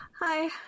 Hi